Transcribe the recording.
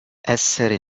essere